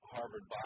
Harvard